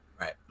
Right